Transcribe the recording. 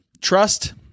trust